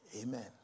Amen